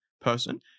person